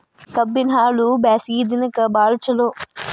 ಕಬ್ಬಿನ ಹಾಲು ಬ್ಯಾಸ್ಗಿ ದಿನಕ ಬಾಳ ಚಲೋ